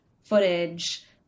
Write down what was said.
footage